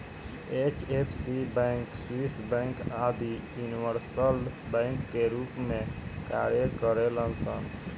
HFC bank, Swiss bank आदि universal bank के रूप में कार्य करेलन सन